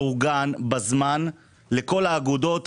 מאורגן ובזמן לכל האגודות,